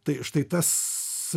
tai štai tas